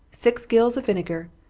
six gills of vinegar,